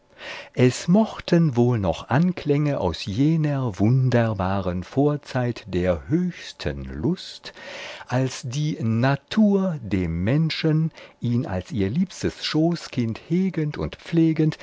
es mochten wohl noch anklänge aus jener wunderbaren vorzeit der höchsten lust als die natur dem menschen ihn als ihr liebstes schoßkind hegend und pflegend